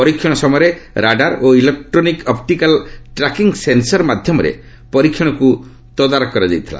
ପରୀକ୍ଷଣ ସମୟରେ ରାଡାର୍ ଓ ଇଲେକ୍ଟ୍ରୋ ଅପ୍ଟିକାଲ୍ ଟ୍ରାକିଙ୍ଗ୍ ସେନ୍ସର୍ ମାଧ୍ୟମରେ ପରୀକ୍ଷଣକ୍ର ତଦାରଖ କରାଯାଇଥିଲା